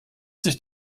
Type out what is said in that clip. sich